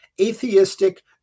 atheistic